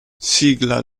sigla